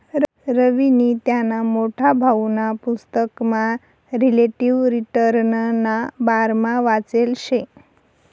रवीनी त्याना मोठा भाऊना पुसतकमा रिलेटिव्ह रिटर्नना बारामा वाचेल शे